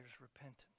repentance